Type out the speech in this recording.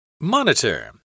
Monitor